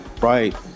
right